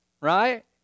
Right